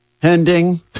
pending